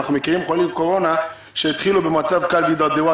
אנחנו מכירים חולי קורונה שהתחילו במצב קל והתדרדרו